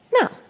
Now